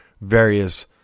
various